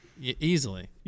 easily